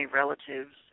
relatives